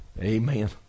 Amen